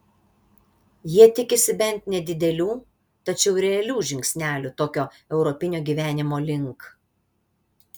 jie tikisi bent nedidelių tačiau realių žingsnelių tokio europinio gyvenimo link